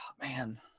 man